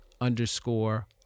underscore